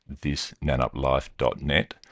thisnanuplife.net